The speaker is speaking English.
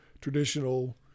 traditional